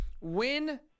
Win